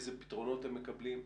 איזה פתרונות הם מקבלים,